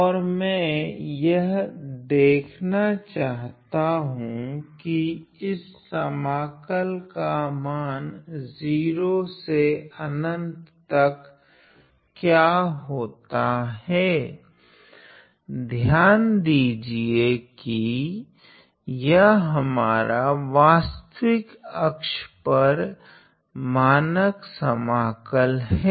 और मैं यह देखना चाहता हूँ कि इस समाकल का मान 0 से अनंत तक क्या होता हैं ध्यान दीजिए कि यह हमारा वास्तविक अक्ष पर मानक समाकल हैं